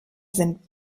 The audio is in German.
sind